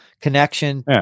connection